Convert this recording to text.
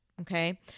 Okay